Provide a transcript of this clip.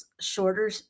shorter